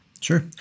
Sure